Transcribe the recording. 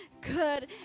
good